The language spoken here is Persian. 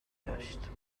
داشت